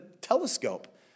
telescope